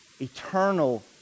eternal